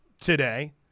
today